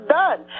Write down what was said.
done